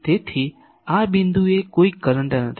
તેથી આ બિંદુએ કોઈ કરંટ નથી